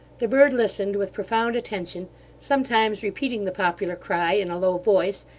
the bird listened with profound attention sometimes repeating the popular cry in a low voice,